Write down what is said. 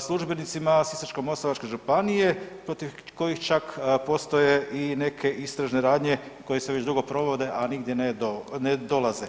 službenicima Sisačko-moslavačke županije protiv kojih čak postoje i neke istražne radnje koje se već dugo provode, a nigdje ne dolaze.